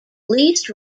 least